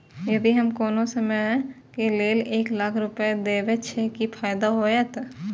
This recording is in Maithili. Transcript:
यदि हम कोनो कम समय के लेल एक लाख रुपए देब छै कि फायदा होयत?